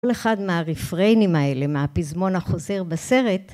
כל אחד מהרפריינים האלה מהפזמון החוזר בסרט